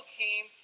came